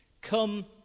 Come